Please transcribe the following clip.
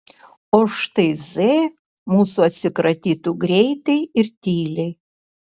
o štai z mūsų atsikratytų greitai ir tyliai